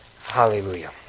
Hallelujah